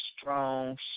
strong